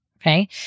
Okay